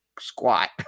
squat